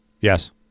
Yes